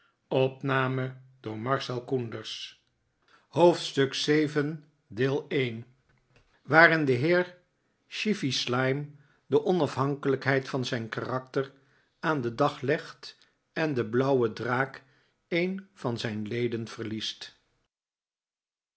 hoofdstuk vii waarin de heer chevy slyme de onafhankelijkheid van zijn karakter aan den dag legt en de blauwe draak een van zijn ieden verliest